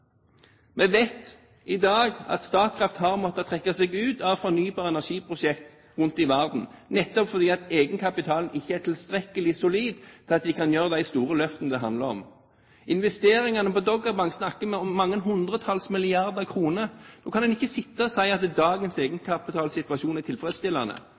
Vi vet i dag at Statkraft har måttet trekke seg ut av fornybar energi-prosjekter rundt i verden, nettopp fordi egenkapitalen ikke er tilstrekkelig solid til at vi kan gjøre de store løftene det handler om. Når det gjelder investeringene på Doggerbank, snakker man om hundretalls milliarder kroner. Da kan man ikke sitte og si at dagens egenkapitalsituasjon er tilfredsstillende.